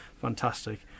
Fantastic